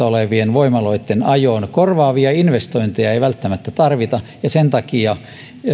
olevien voimaloitten ajoon korvaavia investointeja ei välttämättä tarvita